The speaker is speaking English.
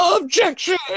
Objection